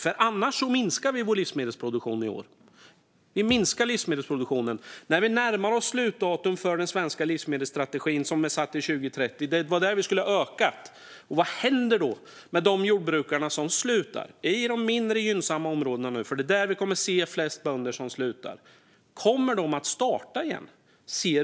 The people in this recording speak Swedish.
Om de inte sår minskar vi vår livsmedelsproduktion i år, när vi närmar oss slutdatum för den svenska livsmedelsstrategin som är satt till 2030. Det var då den skulle öka. Vad händer då med de jordbrukare som slutar i de mindre gynnsamma områdena, för det är där som vi kommer att se flest bönder som slutar? Kommer de att starta igen?